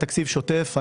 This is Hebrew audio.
תקציב שוטף.